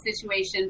situation